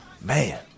man